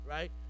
Right